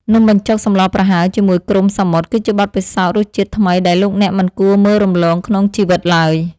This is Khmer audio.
នំបញ្ចុកសម្លប្រហើរជាមួយគ្រំសមុទ្រគឺជាបទពិសោធន៍រសជាតិថ្មីដែលលោកអ្នកមិនគួរមើលរំលងក្នុងជីវិតឡើយ។